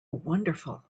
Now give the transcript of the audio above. wonderful